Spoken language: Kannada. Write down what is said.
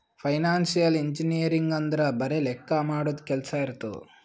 ಫೈನಾನ್ಸಿಯಲ್ ಇಂಜಿನಿಯರಿಂಗ್ ಅಂದುರ್ ಬರೆ ಲೆಕ್ಕಾ ಮಾಡದು ಕೆಲ್ಸಾ ಇರ್ತುದ್